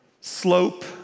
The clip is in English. slope